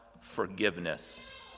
forgiveness